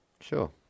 Sure